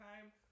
time